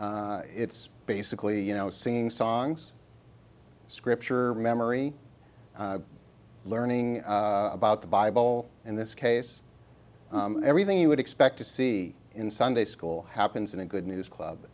find it's basically you know singing songs scripture memory learning about the bible in this case everything you would expect to see in sunday school happens in a good news club